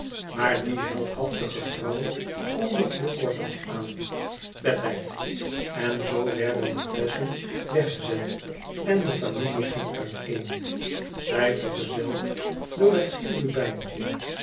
maar die heldhaftige vrouw kondigde kortaf aan t bedtijd en zoo werden de flesschen weggezet en de familie ging uiteen zij vergezeld door het